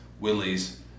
Willie's